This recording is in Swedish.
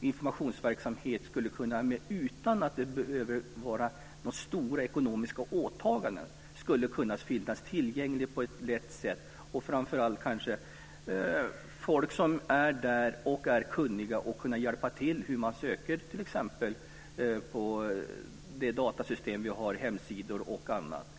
informationsverksamhet - utan att det behöver vara några stora ekonomiska åtaganden - skulle kunna finnas tillgänglig på ett lätt sätt, och framför allt kanske med folk som är där och är kunniga och kan hjälpa till med t.ex. hur man söker i det datasystem vi har med hemsidor och annat.